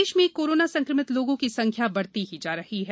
corona प्रदेश प्रदेश में कोरोना संक्रमित लोगों की संख्या बढ़ती ही जा रही है